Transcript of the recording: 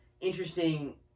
interesting